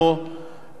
מצביעים: